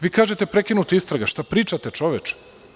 Vi kažete – prekinuta istraga, šta pričate čoveče?